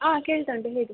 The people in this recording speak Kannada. ಆಂ ಕೇಳ್ತಾ ಉಂಟು ಹೇಳಿ